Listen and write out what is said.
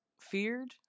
feared